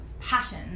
passion